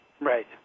Right